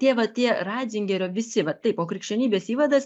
tie va tie ratzingerio visi va taip o krikščionybės įvadas